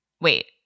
wait